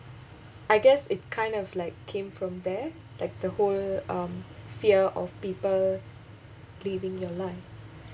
I guess it kind of like came from there like the whole um fear of people leaving your life